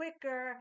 quicker